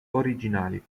originali